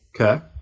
Okay